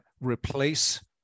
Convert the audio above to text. replace